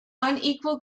unequal